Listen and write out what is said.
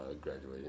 Graduated